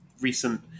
recent